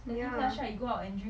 ya